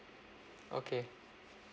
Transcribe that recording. okay